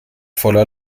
voller